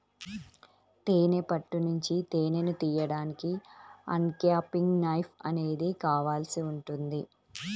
తేనె పట్టు నుంచి తేనెను తీయడానికి అన్క్యాపింగ్ నైఫ్ అనేది కావాల్సి ఉంటుంది